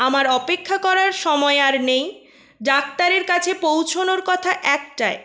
আমার অপেক্ষা করার সময় আর নেই ডাক্তারের কাছে পৌঁছনোর কথা একটায়